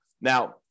Now